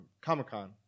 Comic-Con